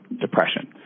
depression